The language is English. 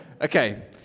Okay